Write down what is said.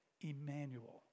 Emmanuel